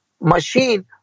machine